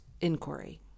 inquiry